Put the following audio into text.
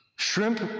Shrimp